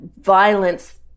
violence